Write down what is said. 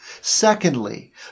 Secondly